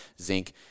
zinc